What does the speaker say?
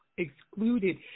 Excluded